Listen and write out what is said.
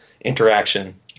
interaction